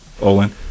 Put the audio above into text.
Olin